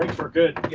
like for good.